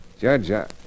Judge